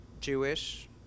Jewish